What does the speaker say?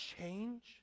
change